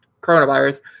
coronavirus